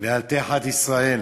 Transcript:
ואל תחת ישראל